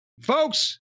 folks